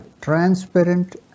transparent